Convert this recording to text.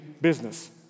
business